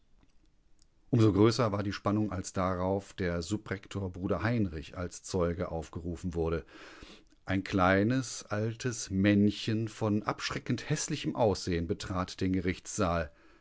so größer war die spannung als darauf der subrektor bruder heinrich als zeuge aufgerufen wurde ein kleines altes männchen von abschreckend häßlichem aussehen betrat den gerichtssaal